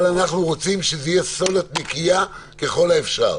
אבל אנחנו רוצים שזה יהיה "סולת נקייה" ככל האפשר.